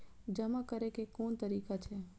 जमा करै के कोन तरीका छै?